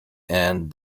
and